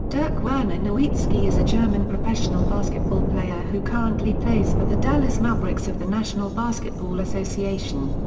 dirk werner nowitzki is a german professional basketball player who currently plays for the dallas mavericks of the national basketball association.